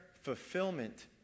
fulfillment